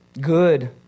Good